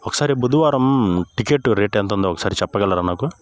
ఒకసారి బుధవారం ticket rate ఎంతుందో ఒకసారి చెప్పగలరా నాకు